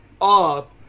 up